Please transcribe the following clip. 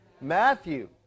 Matthew